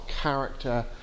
character